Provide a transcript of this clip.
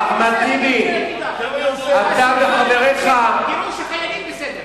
עכשיו אני רוצה להגיד לך: השרפה היא בסדר,